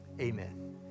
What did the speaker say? Amen